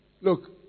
Look